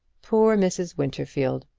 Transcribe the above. poor mrs. winterfield!